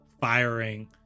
firing